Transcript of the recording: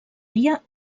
dia